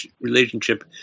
relationship